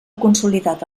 consolidat